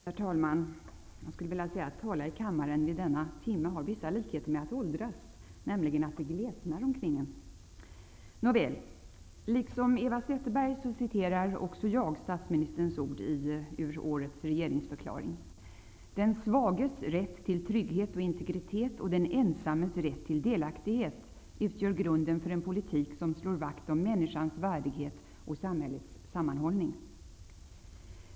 Herr talman! Att tala i kammaren vid denna sena timme har vissa likheter med att åldras -- det glesnar omkring en. Liksom Eva Zetterberg vill jag citera statsministerns ord ur årets regeringsförklaring. ''Den svages rätt till trygghet och integritet och den ensammes rätt till delaktighet utgör grunden för en politik som slår vakt om människans värdighet och samhällets sammanhållning.''